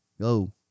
Go